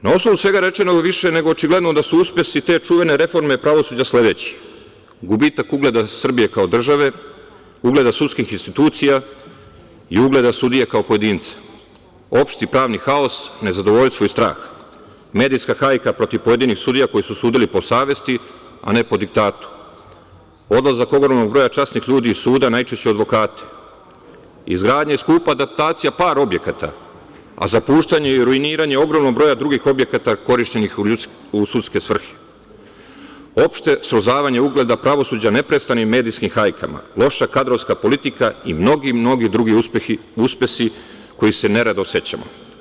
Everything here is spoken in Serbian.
Na osnovu svega rečenog više je nego očigledno da su uspesi te čuvene reforme pravosuđa sledeći - gubitak ugleda Srbije kao države, ugleda sudskih institucija i ugleda sudije kao pojedinca, opšti pravni haos, nezadovoljstvo i strah, medijska hajka protiv pojedinih sudija koji su sudili po savesti, a ne po diktatu, odlazak ogromnog broja časnih ljudi iz suda, najčešće advokata, izgradnja, skupa adaptacija par objekata, a zapuštanje i ruiniranje ogromnog broja drugih objekata korišćenih u sudske svrhe, opšte srozavanje ugleda pravosuđa neprestanim medijskim hajkama, loša kadrovska politika i mnogi, mnogi drugi uspesi kojih se nerado sećamo.